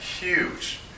huge